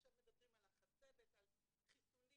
עכשיו מדברים על החצבת, על חיסונים.